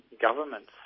governments